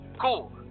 Cool